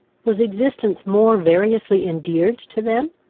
was existence more variously endeared to them?